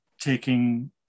taking